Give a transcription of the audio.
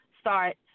start